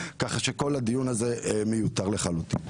ככה שכל הדיון הזה מיותר לחלוטין.